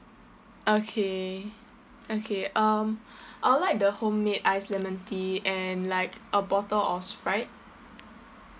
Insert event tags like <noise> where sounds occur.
okay okay um <breath> I would like the homemade ice lemon tea and like a bottle of sprite